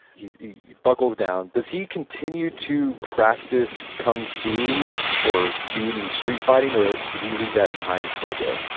he buckles down. does he continue to practice kung fu or do any street fighting or ah did he leave that behind him for a bit?